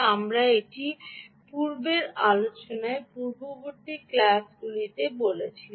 আমরা এটি পূর্বের আলোচনায় পূর্ববর্তী ক্লাসগুলিতে যেমন বলেছিলাম